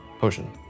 Potion